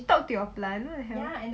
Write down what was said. she talk to your plan what the hell